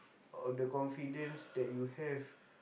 of the confidence that you have